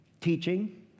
Teaching